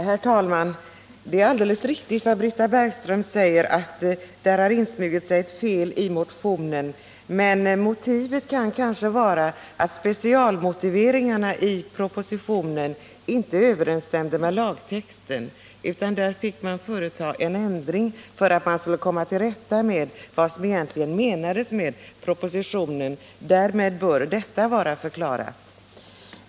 Herr talman! Det är alldeles riktigt som Britta Bergström säger att det har insmugit sig ett fel i motionen. Anledningen till det kan kanske vara att specialmotiveringarna i propositionen inte överensstämde med lagtexten, där man fick företa en ändring för att komma till rätta med vad som egentligen menades med propositionens skrivning. Därmed bör detta vara förklarat.